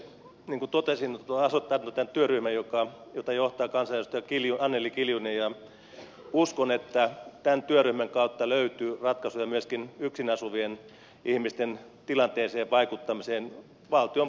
niin kuin totesin olen asettanut tämän työryhmän jota johtaa kansanedustaja anneli kiljunen ja uskon että tämän työryhmän kautta löytyy ratkaisuja myöskin yksin asuvien ihmisten tilanteeseen vaikuttamiseen valtion budjetin kautta